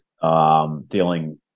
Feeling